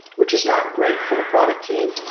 which is not great for the product team,